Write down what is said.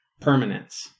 permanence